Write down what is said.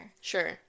Sure